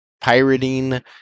pirating